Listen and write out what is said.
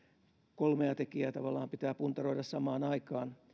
kolmea tekijää tavallaan pitää puntaroida samaan aikaan